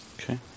Okay